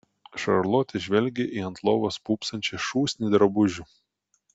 šarlotė žvelgė į ant lovos pūpsančią šūsnį drabužių